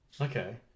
Okay